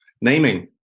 Naming